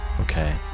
Okay